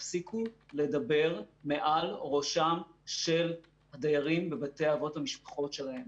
תפסיקו לדבר מעל ראשם של הדיירים בבתי האבות והמשפחות שלהם.